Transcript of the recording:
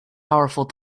powerful